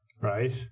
Right